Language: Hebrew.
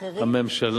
אחרים,